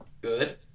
good